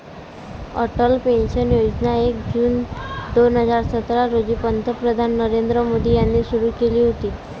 Atal pension योजना एक जून दोन हजार सतरा रोजी पंतप्रधान नरेंद्र मोदी यांनी सुरू केली होती